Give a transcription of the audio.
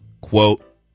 quote